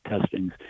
testings